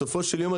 בסופו של יום,